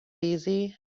easy